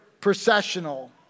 processional